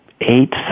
eight